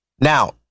Now